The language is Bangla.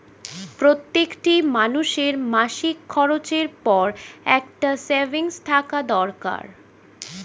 প্রত্যেকটি মানুষের মাসিক খরচের পর একটা সেভিংস থাকা দরকার